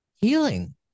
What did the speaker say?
healing